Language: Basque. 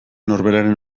norberaren